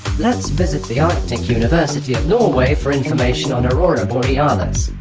let's visit the arctic university of norway for information on aurora borealis